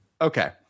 Okay